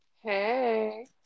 hey